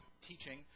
teaching